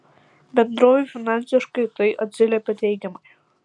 bendrovei finansiškai tai atsiliepė teigiamai